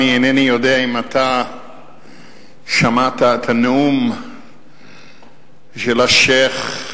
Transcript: אינני יודע אם אתה שמעת את הנאום של השיח'